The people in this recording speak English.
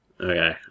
Okay